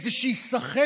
הייתה איזושהי סחבת?